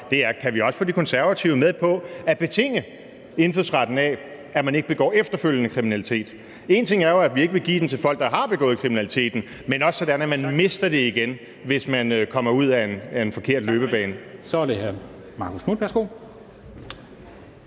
om, er: Kan vi også få De Konservative med på at betinge indfødsretten af, at man ikke begår efterfølgende kriminalitet? En ting er jo, at vi ikke vil give den til folk, der har begået kriminalitet, men skal det ikke også være sådan, at man mister den igen, hvis man kommer ud ad en forkert løbebane?